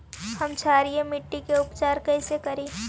हम क्षारीय मिट्टी के उपचार कैसे करी?